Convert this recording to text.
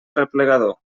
arreplegador